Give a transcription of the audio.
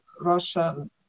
Russian